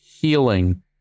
healing